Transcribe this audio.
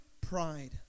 Pride